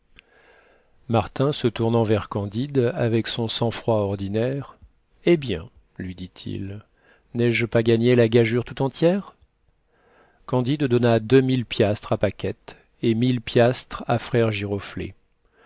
martin se tournant vers candide avec son sang froid ordinaire eh bien lui dit-il n'ai-je pas gagné la gageure tout entière candide donna deux mille piastres à paquette et mille piastres à frère giroflée